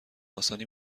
آسانی